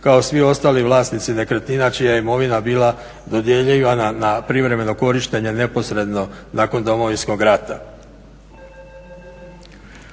kao svi ostali vlasnici nekretnina čija je imovina bila dodjeljivana na privremeno korištenje neposredno nakon Domovinskog rata.